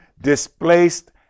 displaced